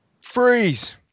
Freeze